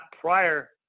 prior